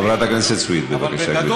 חברת הכנסת סויד, בבקשה, גברתי.